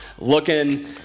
Looking